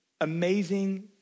amazing